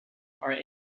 are